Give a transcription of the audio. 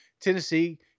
Tennessee